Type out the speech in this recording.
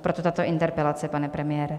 Proto tato interpelace, pane premiére.